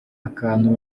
akantu